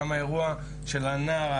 גם האירוע של הנער,